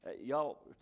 Y'all